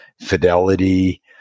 fidelity